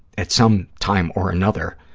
at some time or another,